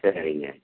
சரிங்க